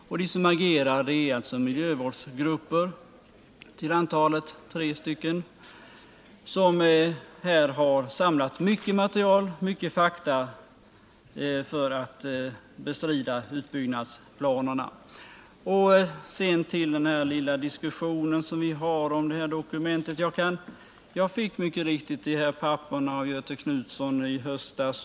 De som agerar — till antalet tre — är alltså miljövårdsgrupper, som här har samlat mycket material och många fakta för att bestrida utbyggnadsplanerna. Sedan till den lilla diskussionen om dokumentet! Jag fick mycket riktigt de här papperen av Göthe Knutson i höstas.